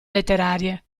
letterarie